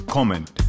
Comment